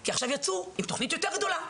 כי עכשיו יצאו עם תוכנית יותר גדולה,